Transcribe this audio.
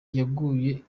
yaguye